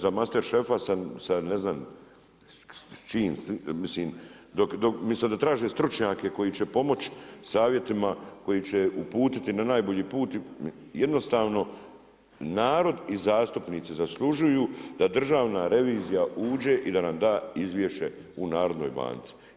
Za mater šefa sa ne znam s čim, mislim umjesto da traže stručnjake koji će pomoći savjetima koji će uputiti na najbolji put jednostavno narod i zastupnici zaslužuju da Državna revizija uđe i da nam da izvješće u Narodnoj banci.